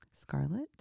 scarlet